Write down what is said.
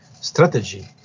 strategy